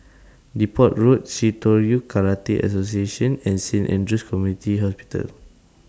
Depot Road Shitoryu Karate Association and Saint Andrew's Community Hospital